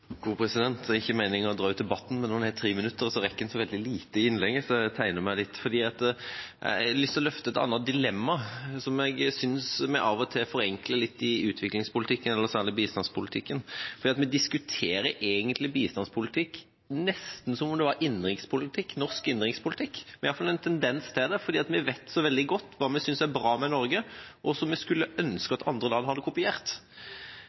veldig lite i innlegget, så jeg tegnet meg igjen. Jeg har lyst til å løfte fram et annet dilemma som jeg synes vi av og til forenkler litt, i utviklingspolitikken og særlig i bistandspolitikken. For vi diskuterer egentlig bistandspolitikk nesten som om det var norsk innenrikspolitikk. Vi har i alle fall en tendens til det, for vi vet så veldig godt hva vi synes er bra med Norge, og som vi skulle ønske at andre land hadde kopiert.